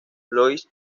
louise